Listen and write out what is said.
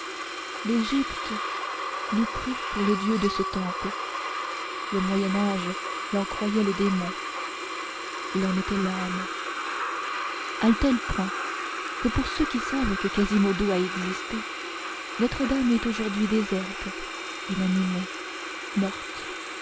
l'égypte l'eût pris pour le dieu de ce temple le moyen âge l'en croyait le démon il en était l'âme à tel point que pour ceux qui savent que quasimodo a existé notre-dame est aujourd'hui déserte inanimée morte